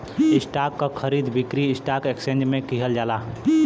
stock क खरीद बिक्री स्टॉक एक्सचेंज में किहल जाला